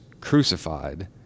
crucified